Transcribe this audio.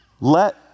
Let